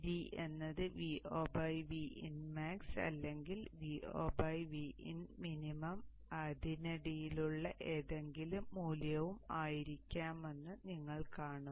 അതിനാൽ d എന്നത് Vo Vinmax അല്ലെങ്കിൽ Vo Vinmin അതിനിടയിലുള്ള ഏതെങ്കിലും മൂല്യവും ആയിരിക്കാമെന്ന് നിങ്ങൾ കാണും